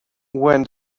when